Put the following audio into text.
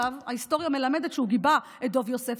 ההיסטוריה מלמדת שהוא גיבה את דב יוסף,